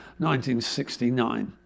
1969